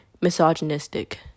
misogynistic